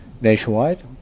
Nationwide